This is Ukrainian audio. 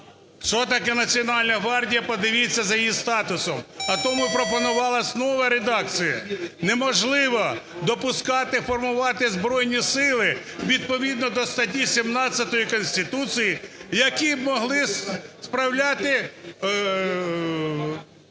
Що таке Національна гвардія, подивіться за її статусом. А то ми пропонували з нової редакції. Неможливо допускати формувати Збройні Сили, відповідно до статті 17 Конституції, які б могли справляти